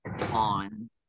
on